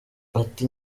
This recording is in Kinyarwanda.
ati